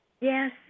yes